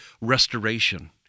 restoration